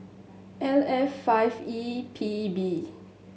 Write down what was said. L F five E P B